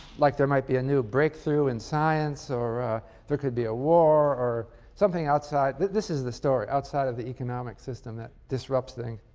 like there might be a new breakthrough in science or there could be ah war or something outside this is the story outside of the economic system that disrupts things.